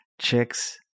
Chicks